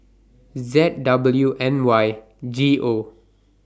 Z W N Y G O